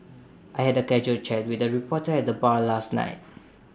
I had A casual chat with A reporter at the bar last night